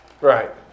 Right